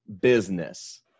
business